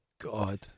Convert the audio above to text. god